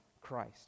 Christ